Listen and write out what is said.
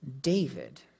David